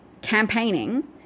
campaigning